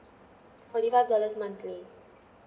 forty five dollars monthly